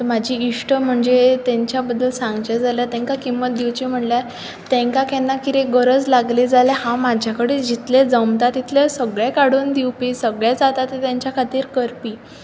म्हजी इश्ट म्हणजे तांच्या बद्दल सांगचे जाल्यार तांकां किंमत दिवची म्हणल्यार तेंकां केन्ना कितें गरज लागली जाल्यार हांव म्हाज्या कडेन जितलें जमता तितलेंच सगळें काडून दिवपी सगळें जाता तें तांच्या खातीर करपी